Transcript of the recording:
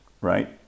right